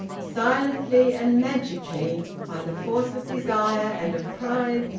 silently and magically, by the force of desire and of pride,